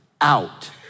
out